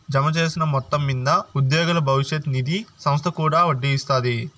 జమచేసిన మొత్తం మింద ఉద్యోగుల బవిష్యత్ నిది సంస్త కూడా ఒడ్డీ ఇస్తాది